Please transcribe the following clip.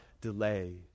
delay